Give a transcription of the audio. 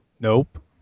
Nope